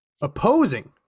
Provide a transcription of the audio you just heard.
opposing